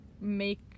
make